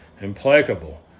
implacable